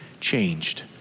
changed